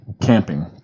camping